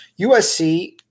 USC